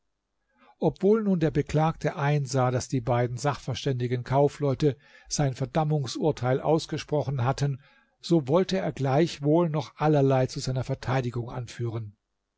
obwohl nun der beklagte einsah daß die beiden sachverständigen kaufleute sein verdammungsurteil ausgesprochen hatten so wollte er gleichwohl noch allerlei zu seiner verteidigung anführen